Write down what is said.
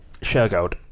Shergold